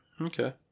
okay